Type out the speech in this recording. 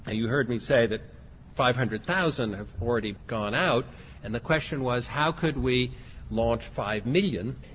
ah you heard me say that five hundred thousand have already gone out and the question was how could we launch five million?